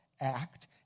act